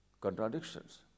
contradictions